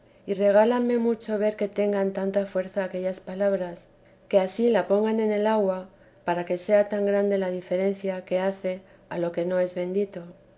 y regálame mucho ver que tengan tanta fuerza aquellas palabras que ansí la pongan en el agua para que sea tan grande la diferencia que hace a lo que no es bendito